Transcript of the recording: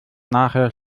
nachher